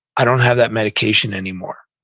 i don't have that medication anymore.